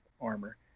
armor